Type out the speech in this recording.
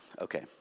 Okay